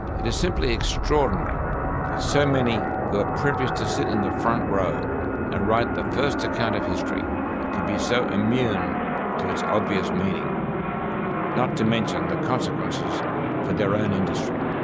it is simply extraordinary that so many who are privileged to sit in the front row and write the first account of history could be so immune to its obvious meaning not to mention the consequences for their own industry.